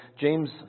James